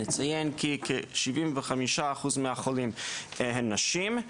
נציין שכ-75% מחולים הם נשים,